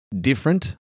different